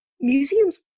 Museums